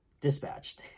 dispatched